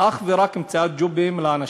אך ורק למציאת ג'ובים לאנשים.